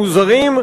מוזרים,